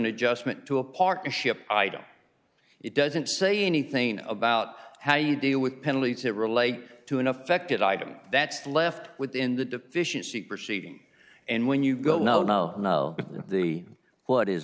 adjustment to a partnership item it doesn't say anything about how you deal with penalty to relate to an affected item that's left within the deficiency proceeding and when you go no no no the what is